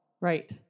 Right